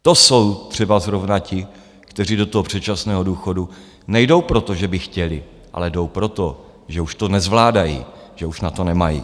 To jsou třeba zrovna ti, kteří do toho předčasného důchodu nejdou proto, že by chtěli, ale jdou proto, že už to nezvládají, že už na to nemají.